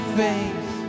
face